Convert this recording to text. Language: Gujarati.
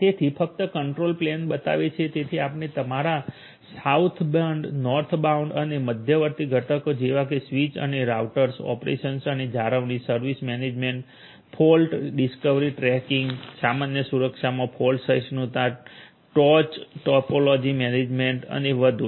તે ફક્ત કંટ્રોલ પ્લેન બતાવે છે તેથી આપણે તમારા સાઉથબાઉન્ડ એસબીઆઇ નોર્થબાઉન્ડ એનબીઆઈ અને મધ્યવર્તી ઘટકો જેવા કે સ્વીચ અને રાઉટર્સ ઓપરેશન્સ અને જાળવણી maintenance service management fault discovery tracking સામાન્ય સુરક્ષામાં ફોલ્ટ સહિષ્ણુતા ટોચ ટોપોલોજી મેનેજમેન્ટ અને વધુ